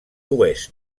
oest